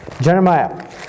Jeremiah